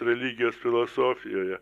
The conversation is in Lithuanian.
religijos filosofijoje